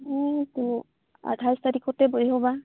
ᱦᱮᱸ ᱮᱱᱛᱮᱫ ᱟᱴᱷᱟᱥ ᱛᱟᱹᱨᱤᱠᱷ ᱠᱚᱛᱮ ᱵᱚ ᱮᱦᱚᱵᱟ